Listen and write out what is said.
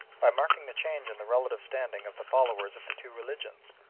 by marking the change in the relative standing of the followers of the two religions,